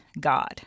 God